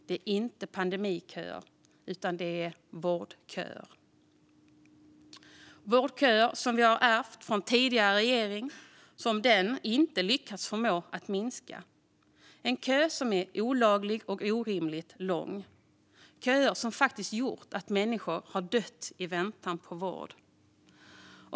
Det är inte pandemiköer utan vårdköer - vårdköer som vi har ärvt från tidigare regering, som den inte har förmått att minska. Det är köer som är olagliga och orimligt långa. Köerna har faktiskt gjort att människor har dött i väntan på vård.